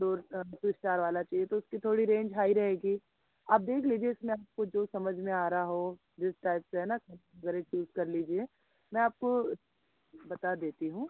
दो two star वाला चाहिए तो उसकी थोड़ी रेंज हाई रहेगी आप देख लीजिए इसमें आपको जो समझ में आ रहा हो जिस टाइप से है ना वगैरह चूज़ कर लीजिए मैं आपको बता देती हूँ